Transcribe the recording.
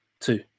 two